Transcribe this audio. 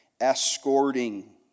escorting